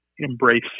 Embrace